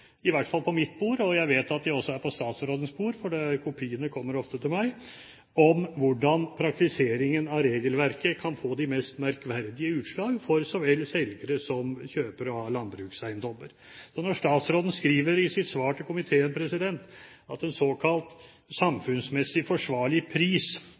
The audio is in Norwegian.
i hvert fall på mitt bord, og jeg vet at de også er på statsrådens bord, for kopiene kommer ofte til meg, på hvordan praktiseringen av regelverket kan få de mest merkverdige utslag for så vel selgere som kjøpere av landbrukseiendommer. Når statsråden skriver i sitt svar til komiteen at en såkalt «samfunnsmessig forsvarlig pris»